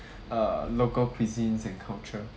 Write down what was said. err local cuisines and culture